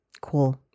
Cool